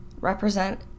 represent